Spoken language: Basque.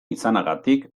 izanagatik